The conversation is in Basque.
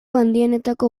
handienetako